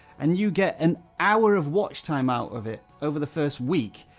and you get an hour of watch time out of it, over the first week,